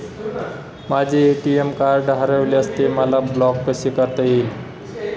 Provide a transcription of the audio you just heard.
माझे ATM card हरविल्यास ते मला ब्लॉक कसे करता येईल?